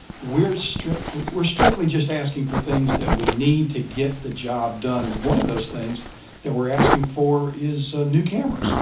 we're strictly we're strictly just asking for things that we need to get the job done. and one of those things that we're asking for is new cameras.